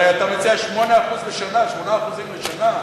הרי אתה מציע 8% לשנה, 8% לשנה.